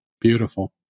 Beautiful